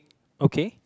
okay